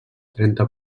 trenta